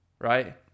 Right